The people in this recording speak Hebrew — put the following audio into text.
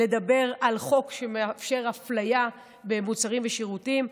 לדבר על חוק שמאפשר אפליה במוצרים ושירותים,